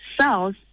cells